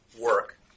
work